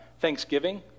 Thanksgiving